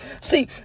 See